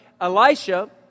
Elisha